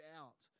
out